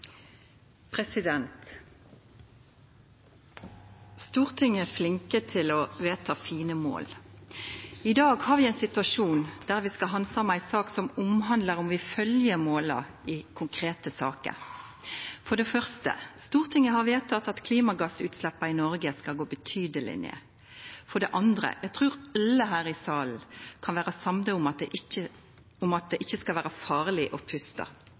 Stortinget er flink til å vedta fine mål. I dag har vi ein situasjon der vi skal handsama ei sak som omhandlar om vi følgjer måla i konkrete saker. For det første: Stortinget har vedteke at klimagassutsleppa i Noreg skal gå betydeleg ned. For det andre: Eg trur alle her i salen kan vera samde om at det ikkje skal vera farleg å pusta. Men slik er det